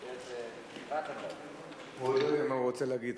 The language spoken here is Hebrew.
הוא עוד לא יודע מה הוא רוצה להגיד,